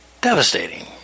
devastating